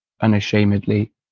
unashamedly